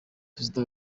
perezida